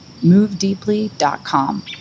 movedeeply.com